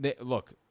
look